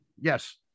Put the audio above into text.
Yes